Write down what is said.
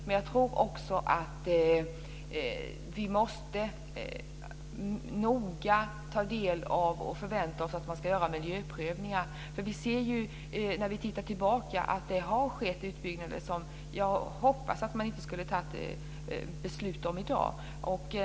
Men jag tror också att vi noga måste ta del av och förvänta oss att miljöprövningar görs, för vi ser ju när vi tittar tillbaka att det har skett utbyggnader som jag hoppas att man inte skulle ha fattat beslut om i dag.